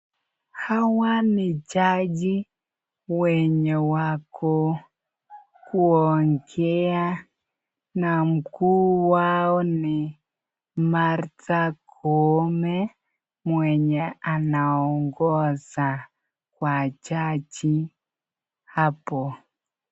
Hawa ni jaji wenye wako kuombea na mkuu wako ni Martha Koome mwenye anaongoza wajaji hapo.